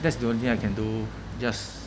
that's the only thing I can do just